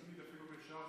תמיד אפילו, אם אפשר